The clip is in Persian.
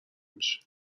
میشه